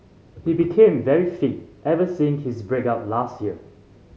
he became very fit ever since his break up last year